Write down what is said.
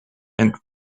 and